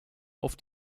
auf